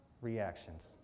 reactions